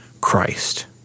Christ